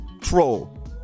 troll